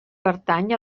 pertany